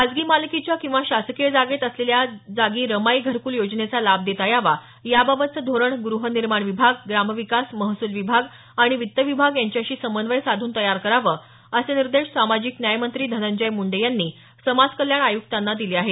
खासगी मालकीच्या किंवा शासकीय जागेत असलेल्या जागी रमाई घरकुल योजनेचा लाभ देता यावा याबाबतचं धोरण ग्रहनिर्माण विभाग ग्रामविकास महसूल विभाग आणि वित्त विभाग यांच्याशी समन्वय साधून तयार करावं असे निर्देश सामाजिक न्याय मंत्री धनंजय मुंडे यांनी समाज कल्याण आय्क्तांना दिले आहेत